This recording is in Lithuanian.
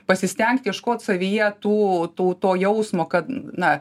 pasistengt ieškot savyje tų tų to jausmo kad na